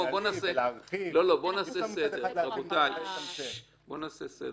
בואו נעשה סדר.